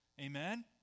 Amen